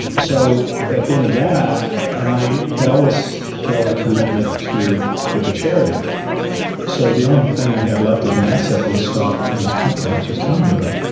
so at the end of that and i had always felt a commitment to give to charity so the only thing i had left as an asset was stock in this company i was just telling you about,